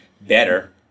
better